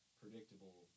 predictable